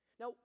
Now